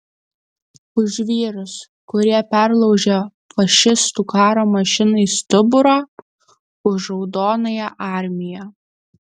už vyrus kurie perlaužė fašistų karo mašinai stuburą už raudonąją armiją